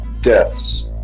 Deaths